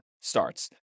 starts